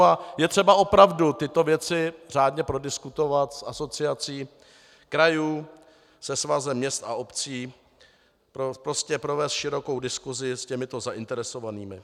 A je třeba opravdu tyto věci řádně prodiskutovat s Asociací krajů, se Svazem měst a obcí, prostě provést širokou diskusi s těmito zainteresovanými.